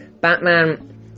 Batman